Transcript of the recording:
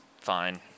fine